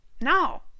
No